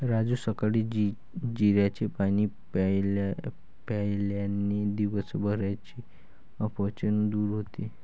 राजू सकाळी जिऱ्याचे पाणी प्यायल्याने दिवसभराचे अपचन दूर होते